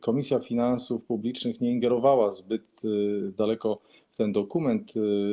Komisja Finansów Publicznych nie ingerowała zbyt daleko w ten dokument.